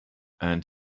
earned